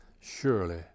Surely